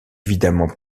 évidemment